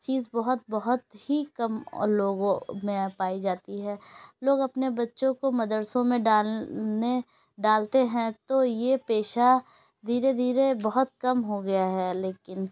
چیز بہت بہت ہی کم او لوگوں میں پائی جاتی ہے لوگ اپنے بچوں کو مدرسوں میں ڈالنے ڈالتے ہیں تو یہ پیشہ دھیرے دھیرے بہت کم ہوگیا ہے لیکن